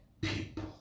people